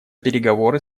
переговоры